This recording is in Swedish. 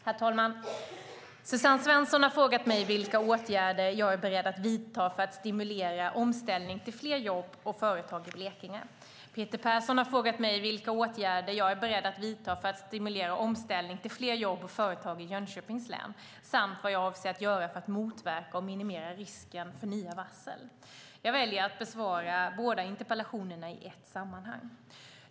Herr talman! Suzanne Svensson har frågat mig vilka åtgärder jag är beredd att vidta för att stimulera omställning till fler jobb och företag i Blekinge. Peter Persson har frågat mig vilka åtgärder jag är beredd att vidta för att stimulera omställning till fler jobb och företag i Jönköpings län samt vad jag avser att göra för att motverka och minimera risken för nya varsel. Jag väljer att besvara båda interpellationerna i ett sammanhang.